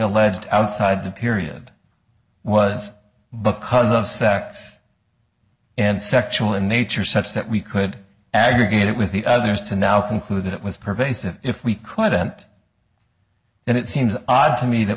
alleged outside the period was because of sects and sexual in nature such that we could aggregate it with the others to now conclude it was pervasive if we couldn't and it seems odd to me that